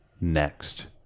next